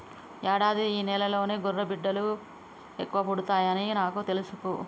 యాడాదిలో ఈ నెలలోనే గుర్రబిడ్డలు ఎక్కువ పుడతాయని నాకు తెలుసును